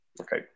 Okay